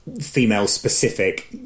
female-specific